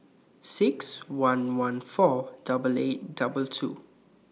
six one one four double eight double two